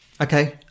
Okay